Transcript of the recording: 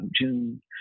June